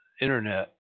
Internet